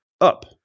up